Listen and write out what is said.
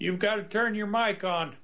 you've got to turn your mike on